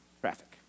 traffic